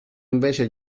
invece